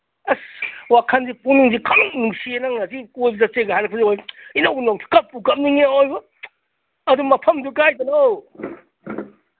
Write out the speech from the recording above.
ꯑꯁ ꯋꯥꯈꯜꯁꯦ ꯄꯨꯛꯅꯤꯡꯁꯦ ꯈꯪꯅꯨꯡ ꯅꯨꯡꯁꯤ ꯅꯪ ꯉꯁꯤ ꯀꯣꯏ ꯆꯠꯁꯦꯀ ꯍꯥꯏꯔꯛꯄꯁꯦ ꯏꯅꯧ ꯅꯧꯋꯤ ꯀꯞꯄꯨ ꯀꯞꯅꯤꯡꯉꯤ ꯑꯋꯣꯏꯕ ꯑꯗꯨ ꯃꯐꯝꯗꯨ ꯀꯥꯏꯗꯅꯣ